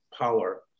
power